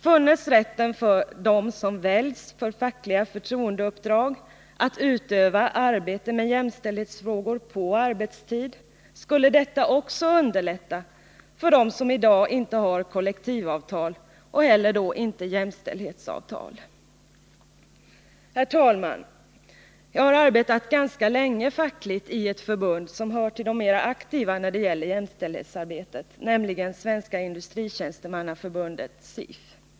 Funnes rätten för dem som väljs för fackliga förtroendeuppdrag att utöva arbete med jämställdhetsfrågor på arbetstid skulle detta också underlätta för dem som i dag inte har kollektivavtal och då inte heller jämställdhetsavtal. Herr talman! Jag har arbetat fackligt ganska länge i ett förbund som hör till de mera aktiva när det gäller jämställdhetsarbetet, nämligen Svenska industritjänstemannaförbundet, SIF.